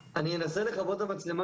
אמנם משפרת את מערכת האשפוז,